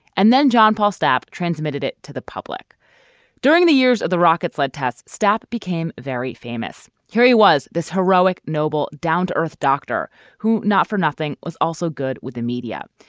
and then john paul stopped, transmitted it to the public during the years of the rocket sled tests. stop became very famous. kerry was this heroic, noble, down to earth doctor who not for nothing, was also good with the media.